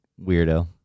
weirdo